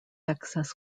excess